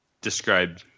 describe